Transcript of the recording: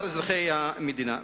כלשאר אזרחי המדינה.